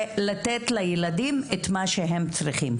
ולתת לילדים את מה שהם צריכים.